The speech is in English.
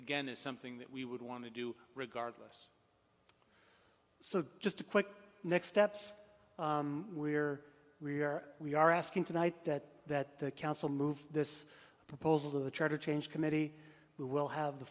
gain is something that we would want to do regardless so just a quick next steps we're we're we are asking tonight that that the council move this proposal to the charter change committee who will have the